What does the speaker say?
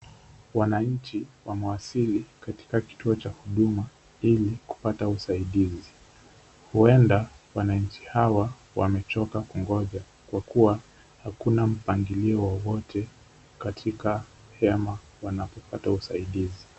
Wananchi wamewasili katika kituo cha huduma ili kupata usaidizi. Huenda wananchi hawa wamechoka kungoja kuwa hakuna mpangilio wowote katika hema wanapopata usaidizi.